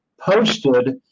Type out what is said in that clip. posted